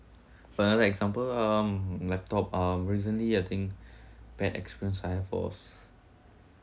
for another example um laptop um recently I think bad experience I have was